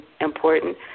important